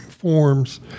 Forms